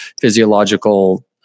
physiological